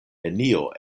nenio